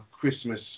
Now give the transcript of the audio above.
Christmas